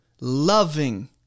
loving